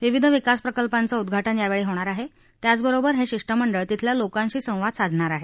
विविध विकास प्रकल्पांचं उद्घाटन होणार आहे त्यावबरोबर हे शिष्टमंडळ तिथल्या लोकांशी संवाद साधणार आहे